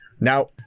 Now